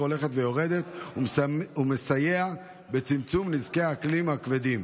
הולכת ויורדת ומסייע בצמצום נזקי האקלים הכבדים.